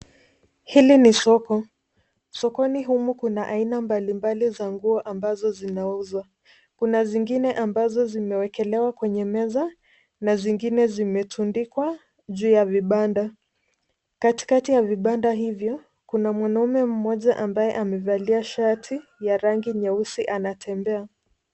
Hili ni soko. Sokoni humu kuna aina mbalimbali za nguo ambazo zinauzwa. Kuna zingine ambazo zimewekelewa kwenye meza na zingine zimetundikwa juu ya vibanda. Katikati ya vibanda hivyo, kuna mwanaume mmoja ambaye amevalia shati ya rangi nyeusi anatembea.